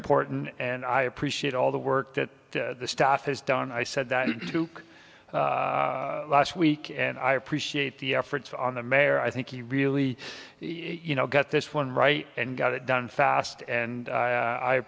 important and i appreciate all the work that the staff has done i said to last week and i appreciate the efforts on the mayor i think he really you know got this one right and got it done fast and i